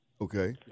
Okay